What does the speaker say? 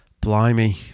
Blimey